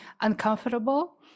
uncomfortable